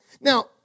Now